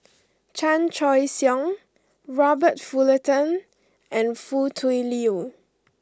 Chan Choy Siong Robert Fullerton and Foo Tui Liew